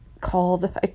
called